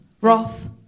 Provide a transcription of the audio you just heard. wrath